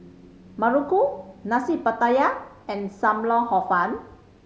muruku Nasi Pattaya and Sam Lau Hor Fun